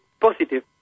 positive